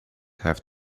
have